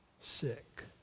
sick